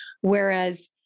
Whereas